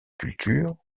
cultures